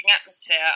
atmosphere